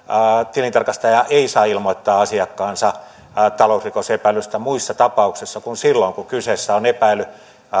tilintarkastaja ei saa ilmoittaa asiakkaansa talousrikosepäilystä muissa tapauksissa kuin silloin kun kyseessä on epäily